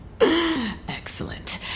Excellent